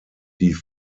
die